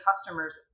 customers